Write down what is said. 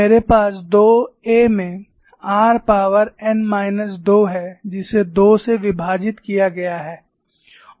मेरे पास 2 A में r पावर n माइनस 2 है जिसे 2 से विभाजित किया गया है